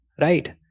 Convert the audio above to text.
right